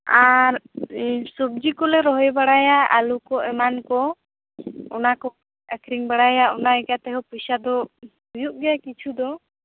ᱟᱨ ᱥᱚᱵᱡᱤ ᱠᱚᱞᱮ ᱨᱚᱦᱚᱭ ᱵᱟᱲᱟᱭᱟ ᱟᱞᱩ ᱠᱚ ᱮᱢᱟᱱ ᱠᱚ ᱚᱱᱟ ᱠᱚ ᱟᱹᱠᱷᱟᱨᱤᱧ ᱵᱟᱲᱟᱭᱟ ᱤᱱᱟ ᱤᱠᱷᱟᱹ ᱛᱮᱦᱚᱸ ᱯᱚᱭᱥᱟ ᱫᱚ ᱦᱩᱭᱩᱜ ᱜᱮᱭᱟ ᱠᱤᱪᱷᱩ ᱫᱚ